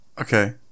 Okay